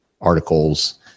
articles